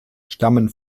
stammen